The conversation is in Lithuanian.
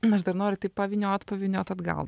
nors dar noriu taip pavyniot pavyniot atgal